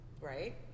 right